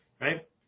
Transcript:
right